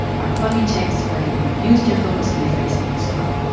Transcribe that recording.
our plugin checks whether you've used your focus keyphrase in your slug.